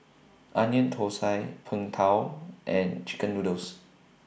Onion Thosai Png Tao and Chicken Noodles